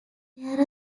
there